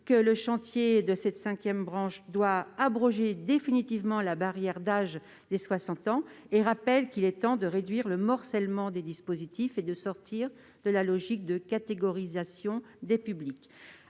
que le chantier de la cinquième branche doit permettre d'abroger définitivement « la barrière d'âge des 60 ans » et rappelle qu'il est temps de réduire le morcellement des dispositifs et de sortir de la logique de catégorisation des publics.